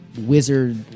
wizard